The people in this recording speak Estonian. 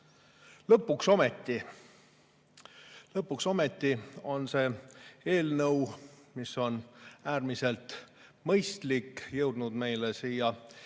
Lõpuks ometi on see eelnõu, mis on äärmiselt mõistlik, jõudnud meile siia